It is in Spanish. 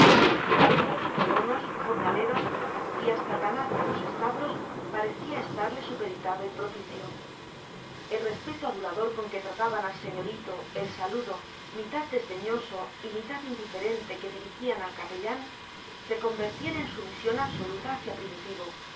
mozos colonos jornaleros y hasta el ganado en los establos parecía estarle supeditado y propicio el respeto adulador con que trataban al señorito el saludo mitad desdeñoso y mitad indiferente que dirigían al capellán se convertían en sumisión absoluta hacia primitivo